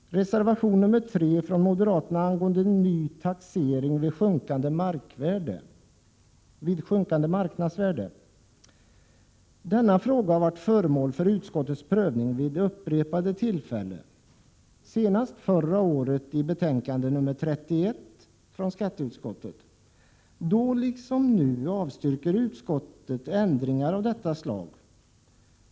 Reservation nr 3 från moderaterna avser ny taxering vid sjunkande marknadsvärde. Denna fråga har varit föremål för skatteutskottets prövning vid upprepade tillfällen, senast förra året i betänkande nr 31. Då liksom nu avstyrkte utskottet ändringar av detta slag.